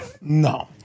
No